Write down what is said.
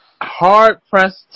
hard-pressed